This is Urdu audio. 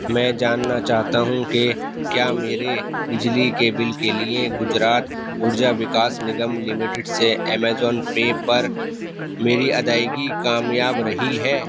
میں جاننا چاہتا ہوں کہ کیا میرے بجلی کے بل کے لیے گجرات ارجا وکاس نگم لمیٹڈ سے ایمیزون پے پر میری ادائیگی کامیاب رہی ہے